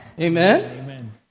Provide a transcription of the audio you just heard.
Amen